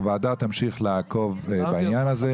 הוועדה תמשיך לעקוב בעניין הזה.